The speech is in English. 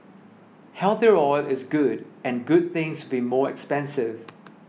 healthier oil is good and good things be more expensive